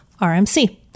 RMC